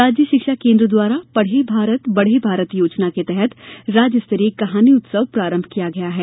राज्य शिक्षा केन्द्र द्वारा पढ़े भारत बढ़े भारत योजना के तहत राज्य स्तरीय कहानी उत्सव प्रारम्भ किया गया है